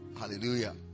hallelujah